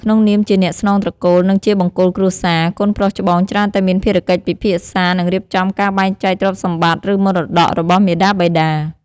ក្នុងនាមជាអ្នកស្នងត្រកូល និងជាបង្គោលគ្រួសារ កូនប្រុសច្បងច្រើនតែមានភារកិច្ចពិភាក្សា និងរៀបចំការបែងចែកទ្រព្យសម្បត្តិ ឬមរតករបស់មាតាបិតា។